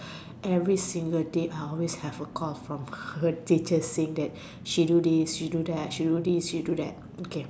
every single day I always have a call from her teachers where she do this she does that she do this she does that okay